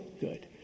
Good